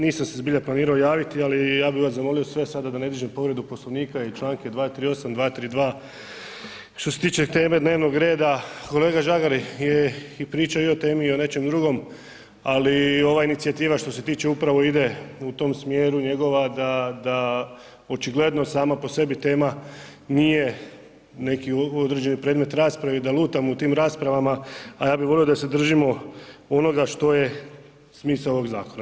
Nisam se zbilja planirao javiti ali ja bih vas zamolio sve sada da ne dižem povredu Poslovnika i članak je 238., 232. što se tiče teme dnevnog reda, kolega Žagar je i pričao i o temi i o nečem drugom, ali ova inicijativa što se tiče upravo ide u tom smjeru njegova da očigledno sama po sebi tema nije neki određeni predmet rasprave i da lutamo u tim raspravama a ja bih volio da se držimo onoga što je smisao ovog zakona.